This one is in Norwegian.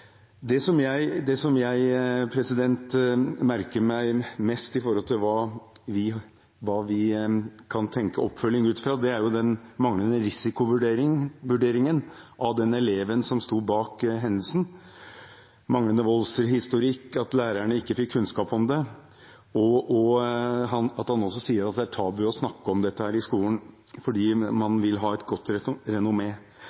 den manglende risikovurderingen av den eleven som sto bak hendelsen, manglende voldshistorikk, at lærerne ikke fikk kunnskap om det, og at man også sier at det er tabu å snakke om dette i skolen, fordi